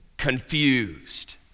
confused